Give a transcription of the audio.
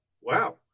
Wow